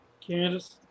Candace